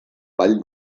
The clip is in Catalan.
vall